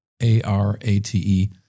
A-R-A-T-E